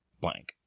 blank